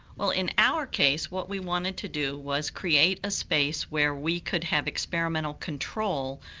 well in our case what we wanted to do was create a space where we could have experimental control,